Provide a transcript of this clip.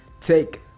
take